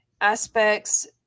aspects